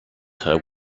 her